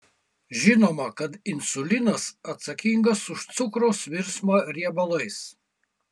žinoma kad insulinas atsakingas už cukraus virsmą riebalais